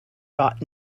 dot